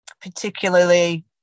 particularly